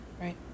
right